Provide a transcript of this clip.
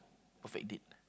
perfect date